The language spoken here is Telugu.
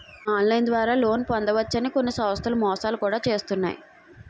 ఆన్లైన్ ద్వారా లోన్ పొందవచ్చు అని కొన్ని సంస్థలు మోసాలు కూడా చేస్తున్నాయి